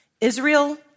Israel